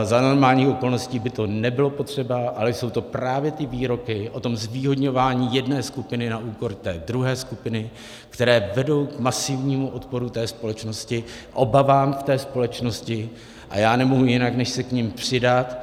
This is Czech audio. Za normálních okolností by to nebylo potřeba, ale jsou to právě ty výroky o zvýhodňování jedné skupiny na úkor té druhé skupiny, které vedou k masivnímu odporu společnosti, k obavám té společnosti, a já nemohu jinak, než se k nim přidat.